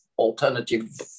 Alternative